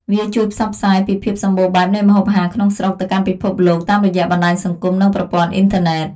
វាជួយផ្សព្វផ្សាយពីភាពសម្បូរបែបនៃម្ហូបអាហារក្នុងស្រុក ទៅកាន់ពិភពលោកតាមរយៈបណ្ដាញសង្គម និងប្រព័ន្ធអ៊ីនធឺណិត។